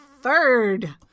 third